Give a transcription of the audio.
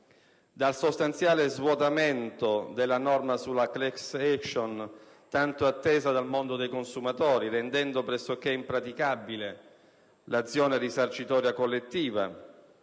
dal sostanziale svuotamento della norma sulla *class action*, tanto attesa dal mondo dei consumatori, che rende pressoché impraticabile l'azione risarcitoria collettiva,